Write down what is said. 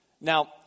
Now